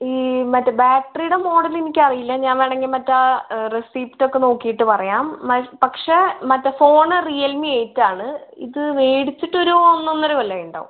ഈ മറ്റേ ബാറ്ററിയുടെ മോഡൽ എനിക്ക് അറിയില്ല ഞാൻ വേണമെങ്കിൽ മറ്റേ റെസീപ്റ്റ് ഒക്കെ നോക്കിയിട്ട് പറയാം പക്ഷേ മറ്റേ ഫോൺ റിയൽമി എയ്റ്റ് ആണ് ഇത് മേടിച്ചിട്ടൊരു ഒന്നൊന്നര കൊല്ലം ആയിട്ടുണ്ടാവും